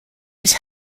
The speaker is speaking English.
his